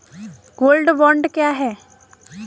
Gold bond क्या है?